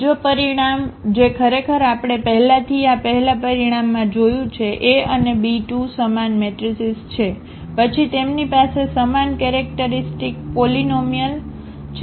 બીજો પરિણામ જે ખરેખર આપણે પહેલાથી આ પહેલા પરિણામમાં જોયું છે a અને b ² સમાન મેટ્રિસીઝ છે પછી તેમની પાસે સમાન કેરેક્ટરિસ્ટિક પોલીનોમિઅલ છે